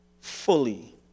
fully